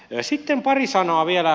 sitten pari sanaa vielä